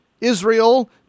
Israel